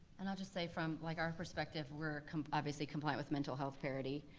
and i'll just say from like our perspective, we're obviously compliant with mental health parity,